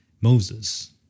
Moses